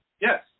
Yes